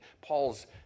Paul's